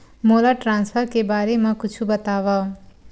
मोला ट्रान्सफर के बारे मा कुछु बतावव?